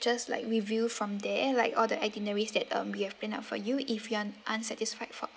just like review from there like all the itineraries that um you have planned out for you if you are unsatisfied for